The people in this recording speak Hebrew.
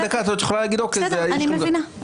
בסדר, אני מבינה.